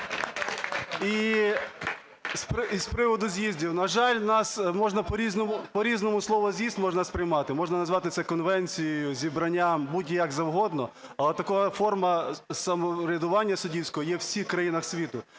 І з приводу з'їздів. На жаль, у нас можна по-різному слово "з'їзд" можна сприймати. Можна назвати це конвенцією, зібранням, будь-як завгодно, але така форма самоврядування суддівського є у всіх країнах світу.